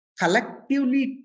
collectively